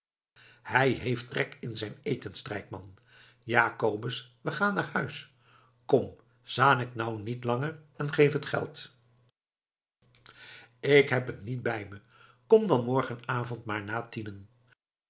hij heeft trek in zijn eten strijkman ja kobus we gaan naar huis kom zanik nou niet langer en geef het geld k heb t niet bij mij kom dan morgenavond maar na tienen